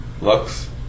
Looks